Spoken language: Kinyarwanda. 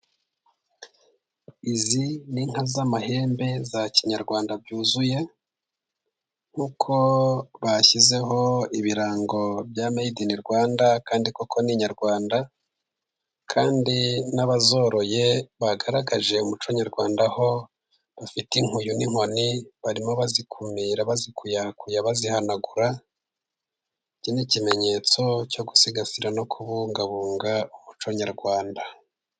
Izi ni inka z'amahembe za kinyarwanda byuzuye, uko bashyizeho ibirango bya medi ini Rwanda kandi koko ni inyarwanda, kandi n'abazoroye bagaragaje umuco nyarwanda aho bafite inkuyu n'inkoni, barimo bazikumira baziyakuya bazihanagura iki ni ikimenyetso cyo gusigasira no kubungabunga umuco nyarwanda.